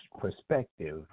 perspective